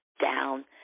down